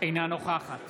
אינה נוכחת